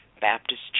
Baptist